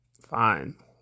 Fine